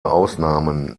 ausnahmen